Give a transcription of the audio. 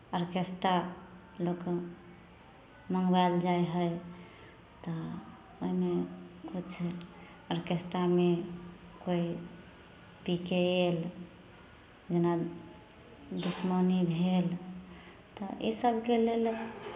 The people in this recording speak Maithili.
आर्केस्ट्रा लोक मङ्गबायल जाइ हइ तऽ ओहिमे किछु आर्केस्ट्रामे कोइ पी कऽ गेल जेना दुश्मनी भेल तऽ इसभके लेल